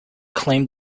claimed